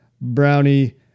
brownie